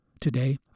Today